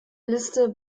liste